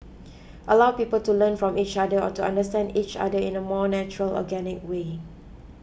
allow people to learn from each other or to understand each other in a more natural organic way